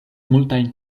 multajn